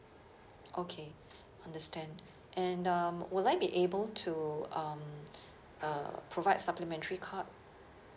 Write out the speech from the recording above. okay understand and um will I be able to um uh provide supplementary card